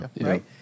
right